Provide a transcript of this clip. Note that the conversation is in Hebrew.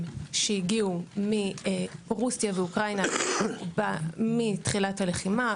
שהגיעו מרוסיה ואוקראינה מתחילת הלחימה,